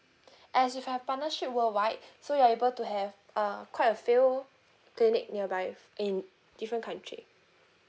as if you have partnership worldwide so you're able to have uh quite a field clinic nearby with in different country